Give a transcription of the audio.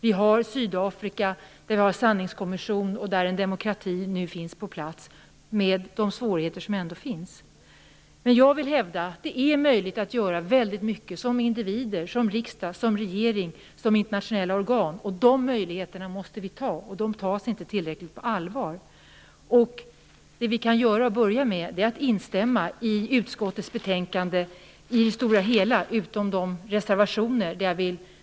I Sydafrika finns en sanningskommission och demokrati har införts trots de svårigheter som ändå finns. Men jag vill hävda att det är möjligt att göra väldigt mycket som individer, som riksdag, som regering, som internationella organ. De möjligheterna måste vi ta. De tas inte tillräckligt på allvar. Det vi kan börja med är att instämma i utskottets uttalanden i betänkandet i det stora hela, utom de reservationer där Vänsterpartiet finns med.